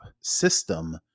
system